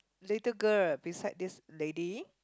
little girl beside this lady